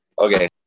okay